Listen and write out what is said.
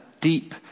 deep